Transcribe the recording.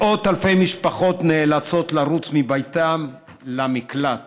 מאות אלפי משפחות נאלצות לרוץ מביתן למקלט,